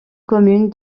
commune